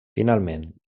finalment